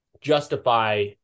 justify